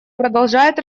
продолжает